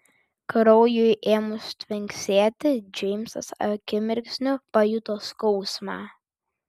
kraujui ėmus tvinksėti džeimsas akimirksniu pajuto skausmą